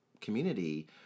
community